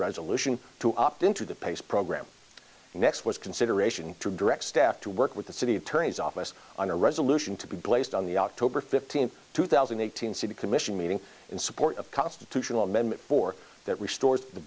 resolution to opt into the pace program next was consideration to direct staff to work with the city attorney's office on a resolution to be placed on the october fifteenth two thousand eight hundred city commission meeting in support of constitutional amendment or that restores the